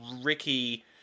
Ricky